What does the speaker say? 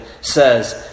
says